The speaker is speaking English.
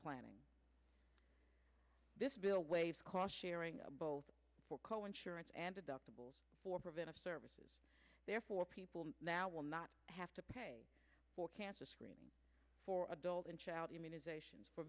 planning this bill ways cost sharing both co insurance and deductibles for preventive services therefore people now will not have to pay for cancer screening for adult and child immunizations